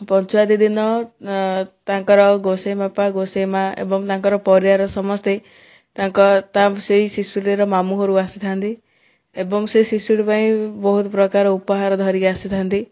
ପଞ୍ଚୁଆତି ଦିନ ତାଙ୍କର ଗୋସେଇଁ ବାପା ଗୋସେଇଁ ମା' ଏବଂ ତାଙ୍କର ପରିବାର ସମସ୍ତେ ତାଙ୍କ ତା ସେଇ ଶିଶୁଟିର ମାମୁଁ ଘରୁ ଆସିଥାନ୍ତି ଏବଂ ସେ ଶିଶୁଟି ପାଇଁ ବହୁତ ପ୍ରକାର ଉପହାର ଧରିକି ଆସିଥାନ୍ତି